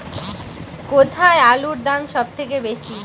কোথায় আলুর দাম সবথেকে বেশি?